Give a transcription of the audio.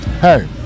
Hey